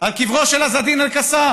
על קברו של עז א-דין אל-קאסם,